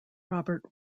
robert